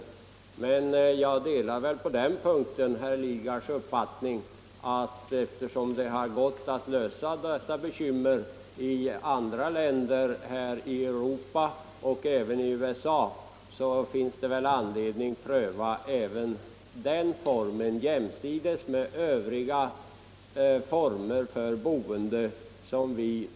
Men på den punkten delar jag snarast herr Lidgards uppfattning. Eftersom det har gått att klara dessa bekymmer i andra länder i Europa och i USA finns det väl anledning att pröva också den formen jämsides med övriga former för boende.